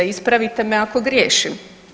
Ispravite me ako griješim.